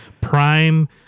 prime